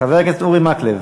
חבר הכנסת אורי מקלב,